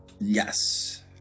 Yes